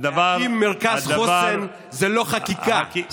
הדבר להקים מרכז חוסן זו לא חקיקה,